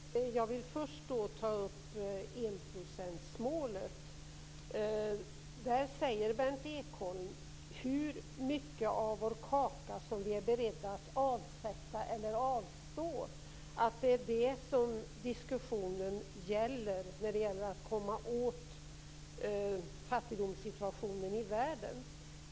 Fru talman! Jag vill först ta upp enprocentsmålet. Där säger Berndt Ekholm att diskussionen om att komma åt fattigdomssituationen i världen gäller hur mycket av vår kaka som vi är beredda att avsätta eller avstå från.